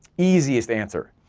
easiest answer.